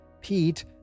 Pete